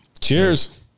Cheers